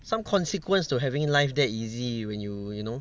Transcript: some consequence to having life that easy when you you know